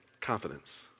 confidence